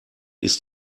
ist